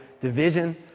division